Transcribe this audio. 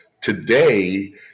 Today